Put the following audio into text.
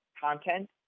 Content